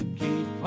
keep